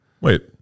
Wait